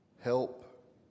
help